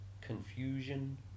confusion